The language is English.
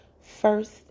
First